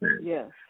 Yes